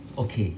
okay